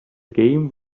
game